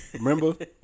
remember